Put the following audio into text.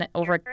over